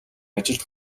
ажилд